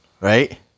right